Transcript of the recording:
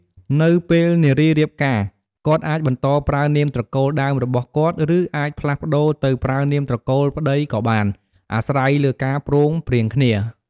នៅពេលនារីរៀបការ គាត់អាចបន្តប្រើនាមត្រកូលដើមរបស់គាត់ ឬ អាចផ្លាស់ប្តូរទៅប្រើនាមត្រកូលប្ដីក៏បាន អាស្រ័យលើការព្រមព្រៀងគ្នា។